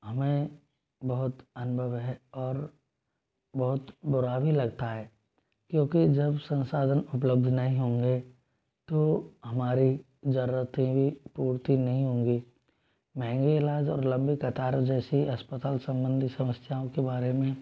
हमें बहुत अनुभव है और बहुत बुरा भी लगता है क्योंकि जब संसाधन उपलब्ध नहीं होंगे तो हमारी जरूरतें भी पूर्ति नहीं होंगी महंगे इलाज और लम्बी कतार जैसी अस्पताल सम्बन्धी समस्याओं के बारे में